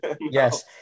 Yes